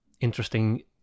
interesting